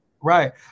right